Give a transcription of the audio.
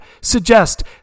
suggest